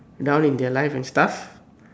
down in their life and stuff